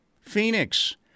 Phoenix